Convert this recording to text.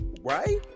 right